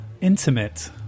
Intimate